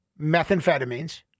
methamphetamines